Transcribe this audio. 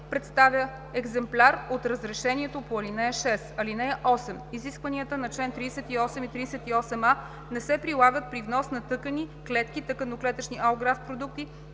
представя екземпляр от разрешението по ал. 6. (8) Изискванията на чл. 38 и 38а не се прилагат при внос на тъкани, клетки, тъканно-клетъчни алографт продукти